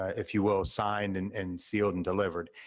if you will, signed, and and sealed, and delivered.